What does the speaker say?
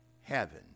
heaven